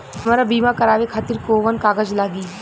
हमरा बीमा करावे खातिर कोवन कागज लागी?